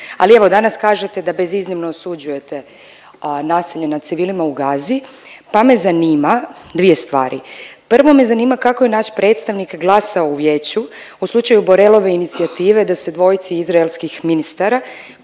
Ali evo danas kažete da bez iznimno osuđujete nasilje nad civilima u Gazi, pa me zanima dvije stvari. Prvo me zanima kako je naš predstavnik glasao u Vijeću u slučaju Borelove inicijative da se dvojici izraelskih ministara